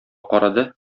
карады